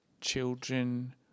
children